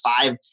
five